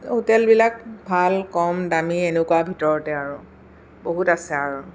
হোটেলবিলাক ভাল কম দামী এনেকুৱা ভিতৰতে আৰু বহুত আছে আৰু